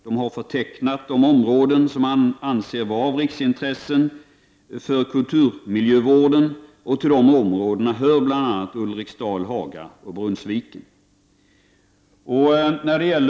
Det har förtecknat de områden som anses vara av riksintresse för kulturmiljövården, och till dessa områden hör bl.a. Ulriksdal, Haga och Brunnsviken.